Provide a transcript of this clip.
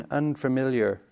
unfamiliar